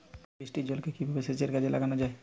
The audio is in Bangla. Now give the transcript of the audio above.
বৃষ্টির জলকে কিভাবে সেচের কাজে লাগানো য়ায়?